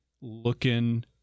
looking